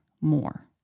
more